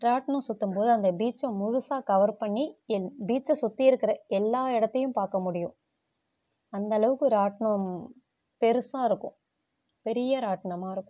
இராட்ணம் சுற்றும்போது அந்த பீச்சை முழுசாக கவர் பண்ணி என் பீச்சை சுற்றி இருக்கிற எல்லா இடத்தையும் பார்க்க முடியும் அந்த அளவுக்கு இராட்ணம் பெரிசா இருக்கும் பெரிய இராட்ணமா இருக்கும்